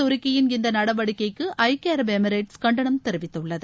துருக்கியின் இந்த நடவடிக்கைக்கு றக்கிய அரபு எமிரேட்ஸ் கண்டனம் சிரியா மீதான தெரிவித்துள்ளது